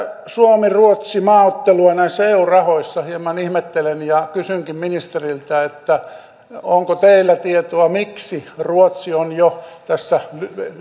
suomi ruotsi maaottelua näissä eu rahoissa hieman ihmettelen ja kysynkin ministeriltä onko teillä tietoa miksi ruotsi on jo tässä